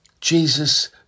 Jesus